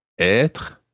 être